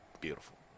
Beautiful